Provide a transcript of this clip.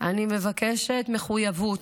אני מבקשת מחויבות,